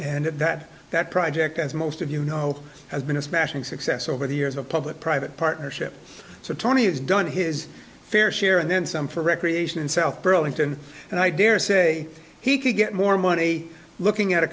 and that that project as most of you know has been a smashing success over the years of public private partnership so tony has done his fair share and then some for recreation in south burlington and i daresay he could get more money looking at a